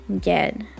get